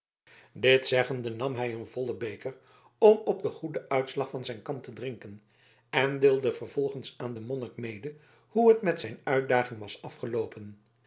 dit zeggende nam hij een vollen beker om op den goeden uitslag van zijn kamp te drinken en deelde vervolgens aan den monnik mede hoe het met zijn uitdaging was afgeloopen